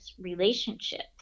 relationships